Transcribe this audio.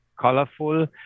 colorful